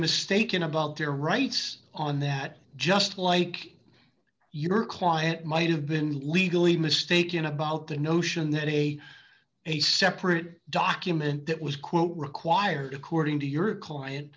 mistaken about their rights on that just like your client might have been legally mistaken about the notion that he a separate document that was quote required according to your client